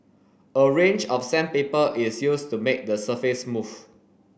a range of sandpaper is used to make the surface smooth